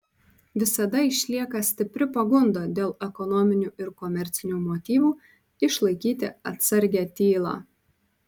visada išlieka stipri pagunda dėl ekonominių ir komercinių motyvų išlaikyti atsargią tylą